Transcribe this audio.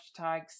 hashtags